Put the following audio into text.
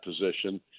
position